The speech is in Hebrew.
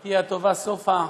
חברתי הטובה סופה,